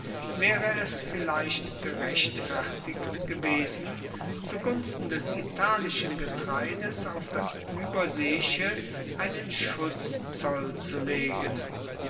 waere es vielleicht gerechtfertigt gewesen zu gunsten des italischen getreides auf das ueberseeische einen schutzzoll zu legen